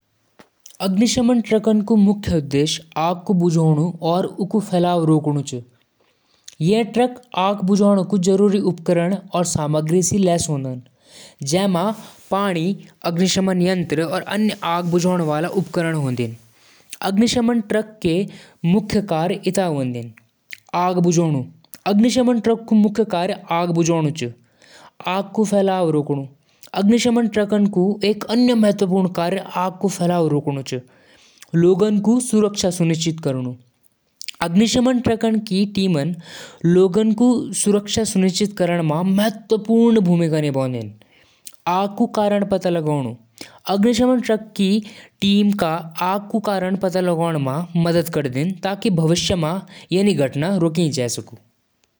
Light switch म electrical circuit क बंद और चालू करदु। जब स्विच चालू होलु, त सर्किट पूरा होलु और लाइट बल्ब चालू होलु। जब स्विच बंद होलु, त सर्किट टूट जालु और लाइट बल्ब बंद होलु। यो प्रक्रिया बिजली क प्रवाह नियंत्रित करदु।